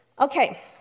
Okay